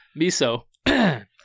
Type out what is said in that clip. miso